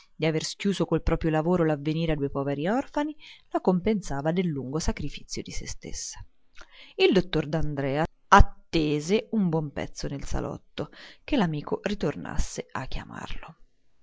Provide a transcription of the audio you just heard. cioè d'avere schiuso col proprio lavoro l'avvenire a due poveri orfani la compensavano del lungo sacrifizio di se stessa il dottor d'andrea attese un buon pezzo nel salotto che l'amico ritornasse a chiamarlo